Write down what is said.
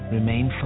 Remain